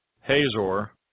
Hazor